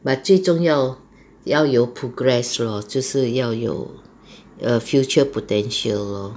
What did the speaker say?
but 最重要要有 progress lor 就是要有 err future potential lor